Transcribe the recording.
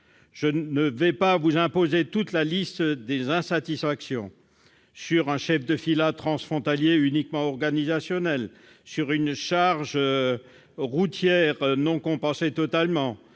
Je ne vais pas vous imposer la liste des insatisfactions : un chef de filât transfrontalier uniquement organisationnel, une charge routière non totalement